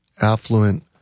affluent